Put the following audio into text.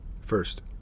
First